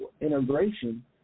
integration –